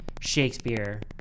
shakespeare